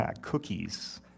Cookies